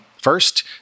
First